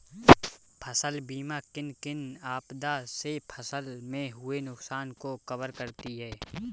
फसल बीमा किन किन आपदा से फसल में हुए नुकसान को कवर करती है